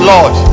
Lord